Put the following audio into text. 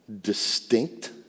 distinct